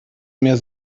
mehr